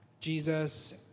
Jesus